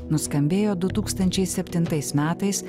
nuskambėjo du tūkstančiai septintais metais